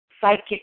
psychic